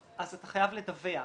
אז אתה חייב לדווח.